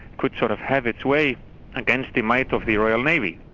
could sort of have its way against the might of the royal navy.